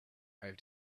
have